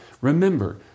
Remember